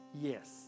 Yes